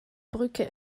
brücke